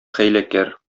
хәйләкәр